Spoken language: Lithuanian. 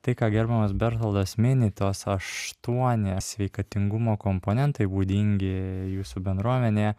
tai ką gerbiamas bertoldas mini tuos aštuoni sveikatingumo komponentai būdingi jūsų bendruomenėje